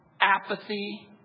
apathy